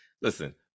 listen